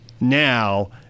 now